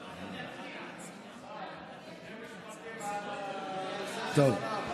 אנחנו סומכים עליך.